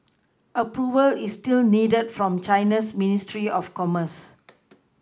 Approval is still needed from China's ministry of commerce